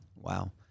wow